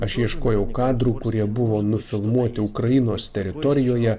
aš ieškojau kadrų kurie buvo nufilmuoti ukrainos teritorijoje